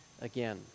again